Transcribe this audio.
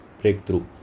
breakthrough